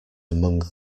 among